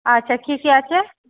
আচ্ছা কী কী আছে